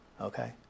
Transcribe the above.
okay